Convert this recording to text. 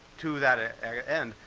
to that ah end,